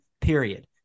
period